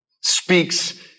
speaks